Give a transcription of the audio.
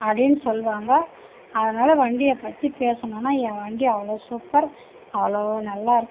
அப்படீனு சொல்வாங்க அதனால வண்டியைப் பற்றி பேசணும்னா என் வண்டி அவ்வளோ சூப்பர் அவ்வளோ நல்லாயிருக்கு